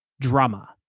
drama